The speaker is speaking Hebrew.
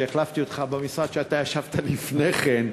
שהחלפתי אותך במשרד שאתה ישבת בו לפני כן,